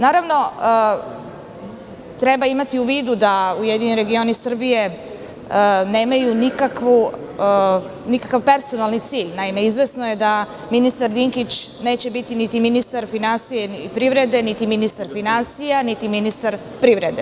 Naravno, treba imati u vidu da URS nemaju nikakav personalni cilj, naime, izvesno je da ministar Dinkić neće biti niti ministar finansija i privrede, niti ministar finansija, niti ministar privrede.